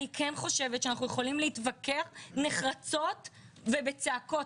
אני כן חושבת שאנחנו יכולים להתווכח נחרצות ובצעקות